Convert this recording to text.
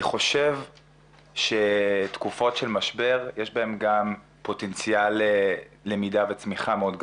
אני חושב שתקופות של משבר יש בהן גם פוטנציאל מאוד גבוה ללמידה וצמיחה.